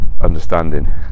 understanding